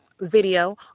video